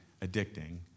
addicting